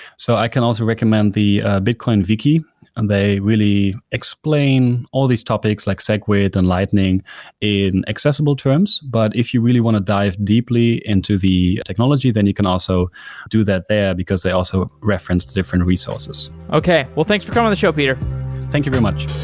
so i can also recommend the bitcoin wiki. and they really explain all these topics, like segwit and lightning in accessible terms, but if you really want to dive deeply into the technology, then you can also do that there, because they also reference to different resources. okay. well, thanks for coming on the show, peter thank you very much.